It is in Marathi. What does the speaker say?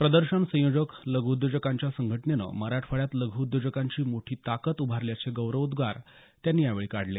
प्रदर्शन संयोजक लघू उद्योजकांच्या संघटनेनं मराठवाड्यात लघू उद्योजकांची मोठी ताकद उभारल्याचे गौरवोद्रार त्यांनी यावेळी काढले